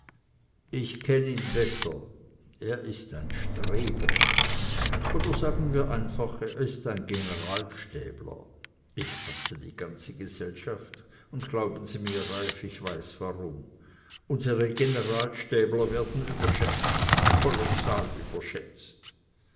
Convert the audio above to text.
ich kenn ihn besser er ist ein streber oder sagen wir einfach er ist ein generalstäbler ich hasse die ganze gesellschaft und glauben sie mir reiff ich weiß warum unsere generalstäbler werden überschätzt kolossal überschätzt